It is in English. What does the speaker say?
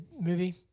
movie